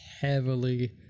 heavily